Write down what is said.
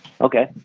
Okay